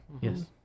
yes